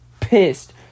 pissed